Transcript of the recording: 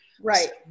Right